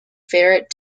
ferret